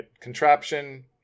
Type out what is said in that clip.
contraption